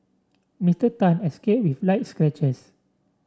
Mister Tan escaped with light scratches